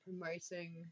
promoting